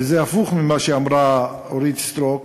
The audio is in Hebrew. זה הפוך ממה שאמרה אורית סטרוק,